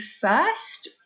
first